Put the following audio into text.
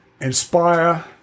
inspire